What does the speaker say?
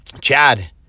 Chad